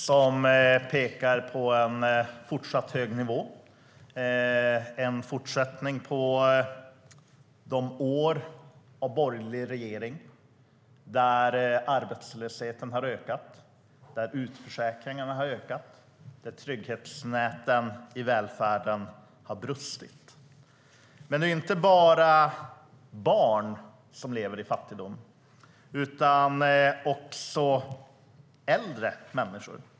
Den pekar på en fortsatt hög nivå, en fortsättning på grund av det som skedde under åren med borgerlig regering då arbetslösheten ökade, utförsäkringarna ökade och trygghetsnäten i välfärden brast. Men det är inte bara barn som lever i fattigdom utan också äldre människor.